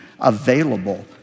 available